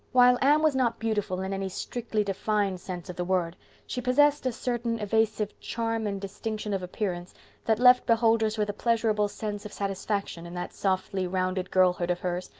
while anne was not beautiful in any strictly defined sense of the word she possessed a certain evasive charm and distinction of appearance that left beholders with a pleasurable sense of satisfaction in that softly rounded girlhood of hers,